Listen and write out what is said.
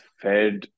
Fed